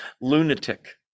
lunatic